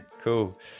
cool